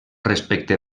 respecte